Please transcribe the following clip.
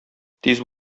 тиз